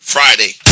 Friday